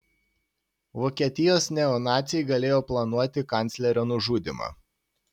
vokietijos neonaciai galėjo planuoti kanclerio nužudymą